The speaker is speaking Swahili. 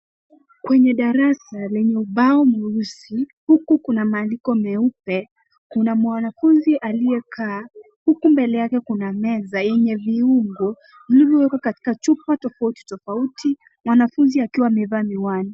Kwenye darasa lenye ubao mweusi huku kuna maandiko meupe, kuna mwanafunzi aliyekaa huku mbele yake kuna meza yenye viungo vilivyowekwa kwenye chupa tofauti tofauti mwanafunzi akiwa amevaa miwani.